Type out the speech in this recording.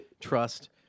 trust